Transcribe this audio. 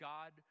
God